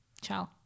Ciao